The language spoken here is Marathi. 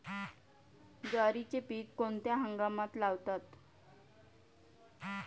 ज्वारीचे पीक कोणत्या हंगामात लावतात?